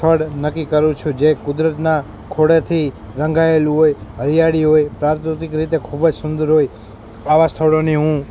સ્થળ નક્કી કરું છુ જે કુદરતના ખોળેથી રંગાયેલું હોય હરિયાળી હોય પ્રાકૃતિક રીતે ખુબજ સુંદર હોય આવાં સ્થળોની હું